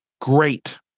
great